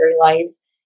lives